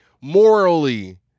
morally